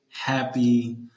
happy